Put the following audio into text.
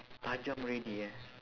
tajam already eh